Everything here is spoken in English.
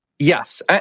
Yes